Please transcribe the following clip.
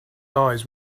eyes